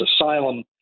asylum